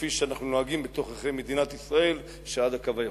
כפי שאנחנו נוהגים בתוככי מדינת ישראל שעד "הקו הירוק".